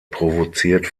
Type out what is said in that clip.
provoziert